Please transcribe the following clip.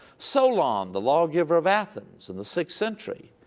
solon, the lawgiver of athens in the sixth century,